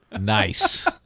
nice